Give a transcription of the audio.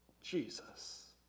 Jesus